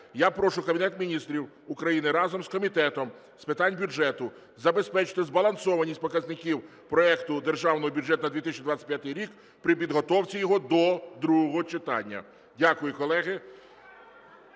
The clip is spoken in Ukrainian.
я прошу Кабінет Міністрів України разом з Комітетом з питань бюджету забезпечити збалансованість показників проекту Державного бюджету на 2025 рік при підготовці його до другого читання. Дякую, колеги.